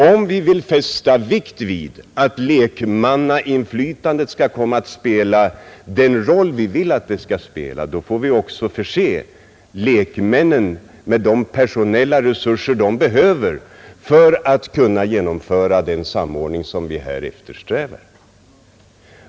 Om vi vill fästa vikt vid att lekmannainflytandet skall komma att spela den roll vi vill att det skall spela får vi också förse lekmännen med de personella resurser de behöver i sitt arbete.